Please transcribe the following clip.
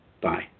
Bye